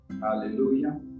Hallelujah